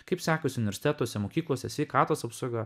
kaip sekasi universitetuose mokyklose sveikatos apsauga